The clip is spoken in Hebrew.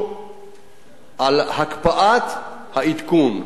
יתבקשו להקפיא את העדכון,